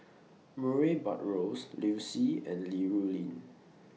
Murray Buttrose Liu Si and Li Rulin